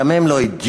גם הם לא אידיוטים,